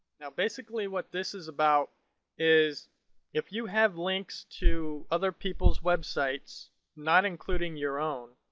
now basically what this is about is if you have links to other peoples websites not including your own,